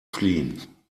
fliehen